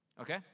Okay